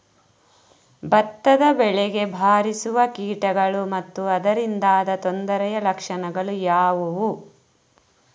ಭತ್ತದ ಬೆಳೆಗೆ ಬಾರಿಸುವ ಕೀಟಗಳು ಮತ್ತು ಅದರಿಂದಾದ ತೊಂದರೆಯ ಲಕ್ಷಣಗಳು ಯಾವುವು?